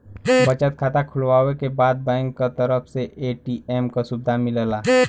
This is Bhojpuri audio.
बचत खाता खुलवावे के बाद बैंक क तरफ से ए.टी.एम क सुविधा मिलला